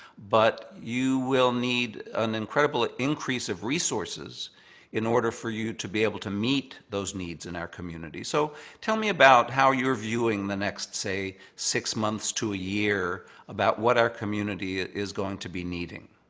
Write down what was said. but you will need an incredible ah increase of resources in order for you to be able to meet those needs in our community. so tell me about how you're viewing the next say six months to a year about what our community is going to be needing.